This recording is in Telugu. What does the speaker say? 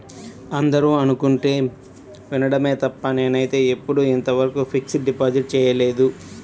అందరూ అనుకుంటుంటే వినడమే తప్ప నేనైతే ఎప్పుడూ ఇంతవరకు ఫిక్స్డ్ డిపాజిట్ చేయలేదు